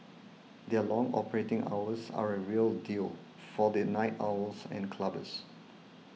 their long operating hours are a real deal for the night owls and clubbers